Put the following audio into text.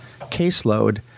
caseload